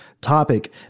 topic